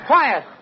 Quiet